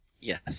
Yes